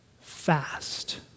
fast